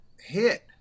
hit